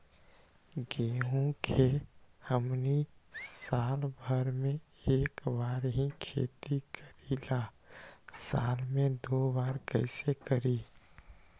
गेंहू के हमनी साल भर मे एक बार ही खेती करीला साल में दो बार कैसे करी?